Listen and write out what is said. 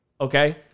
Okay